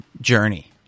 journey